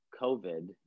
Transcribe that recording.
COVID